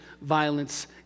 violence